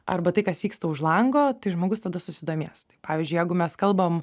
arba tai kas vyksta už lango tai žmogus tada susidomės pavyzdžiui jeigu mes kalbam